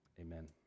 amen